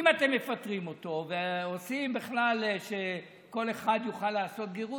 אם אתם מפטרים אותו ועושים בכלל שכל אחד יוכל לעשות גרות,